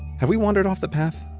have we wandered off the path?